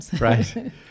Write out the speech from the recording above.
Right